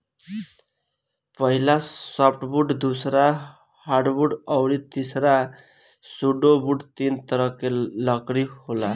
पहिला सॉफ्टवुड दूसरा हार्डवुड अउरी तीसरा सुडोवूड तीन तरह के लकड़ी होला